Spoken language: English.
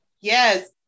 Yes